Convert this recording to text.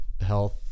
health